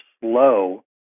slow